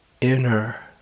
inner